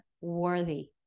worthy